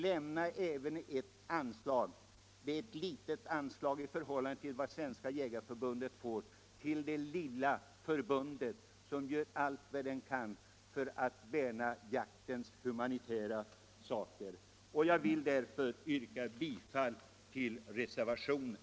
Lämna även ett anslag — det är ett litet anslag i förhållande till vad Svenska jägareförbundet får — till det lilla förbundet, som gör allt vad det kan för att främja humanitära åtgärder när det gäller jakten. Jag yrkar bifall till reservationen.